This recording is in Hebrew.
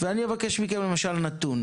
אני אבקש מכם נתון.